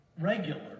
regular